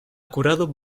curado